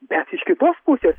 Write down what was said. bet iš kitos pusės